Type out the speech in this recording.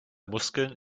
muskeln